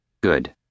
Good